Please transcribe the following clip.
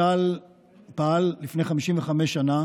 צה"ל פעל לפני 55 שנה